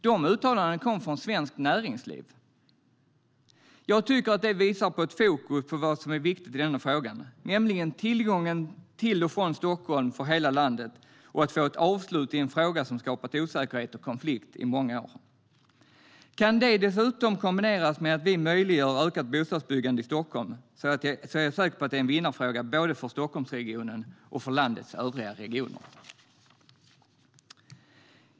De uttalandena kom från Svenskt Näringsliv. Jag tycker att det visar på ett fokus på vad som är viktigt i denna fråga, nämligen tillgången till förbindelser till och från Stockholm för hela landet och att få ett avslut i en fråga som skapat osäkerhet och konflikt i många år. Kan det dessutom kombineras med att vi möjliggör ökat bostadsbyggande i Stockholm är jag säker på att det är en vinnarfråga både för Stockholmsregionen och för landets övriga regioner.